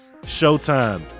Showtime